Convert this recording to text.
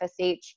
FSH